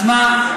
אז מה?